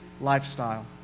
lifestyle